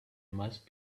must